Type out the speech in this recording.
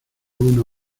una